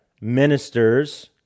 ministers